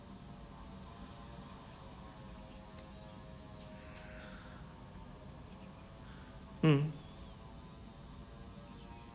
mm